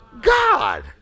God